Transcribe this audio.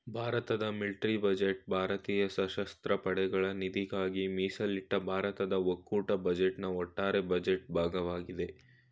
ಭಾರತದ military budget ಭಾರತೀಯ ಸಶಸ್ತ್ರ ಪಡೆಗಳ ನಿಧಿಗಾಗಿ ಮೀಸಲಿಟ್ಟ ಭಾರತದ ಒಕ್ಕೂಟ ಬಜೆಟ್ನ ಒಟ್ಟಾರೆ ಬಜೆಟ್ ಭಾಗವಾಗಿದೆ